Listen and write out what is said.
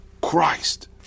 Christ